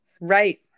Right